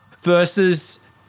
versus